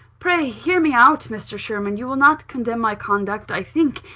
pray hear me out, mr. sherwin you will not condemn my conduct, i think,